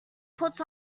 puts